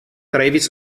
travis